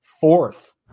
Fourth